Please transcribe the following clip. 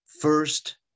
First